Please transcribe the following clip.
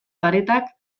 paretak